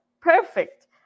perfect